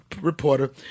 reporter